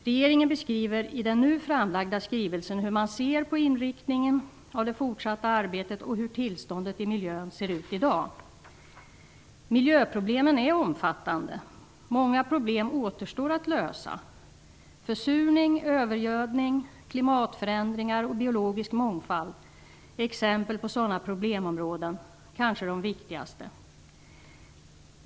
Regeringen beskriver i den nu framlagda skrivelsen hur man ser på inriktningen av det fortsatta arbetet och hur tillståndet i miljön är i dag. Miljöproblemen är omfattande. Många problem återstår att lösa. Försurning, övergödning, klimatförändringar och biologisk mångfald är exempel på sådana problemområden - kanske de viktigaste.